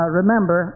remember